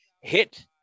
hit